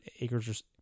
acres